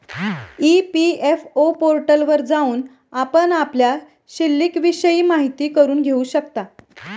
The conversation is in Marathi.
ई.पी.एफ.ओ पोर्टलवर जाऊन आपण आपल्या शिल्लिकविषयी माहिती करून घेऊ शकता